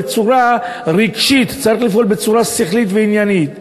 כי הם לא ילכו לבית-המשפט לענייני משפחה לבקש היתרים.